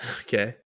Okay